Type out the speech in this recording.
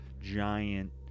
giant